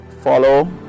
Follow